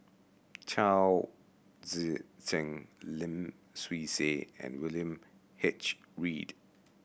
Chao Tzee Cheng Lim Swee Say and William H Read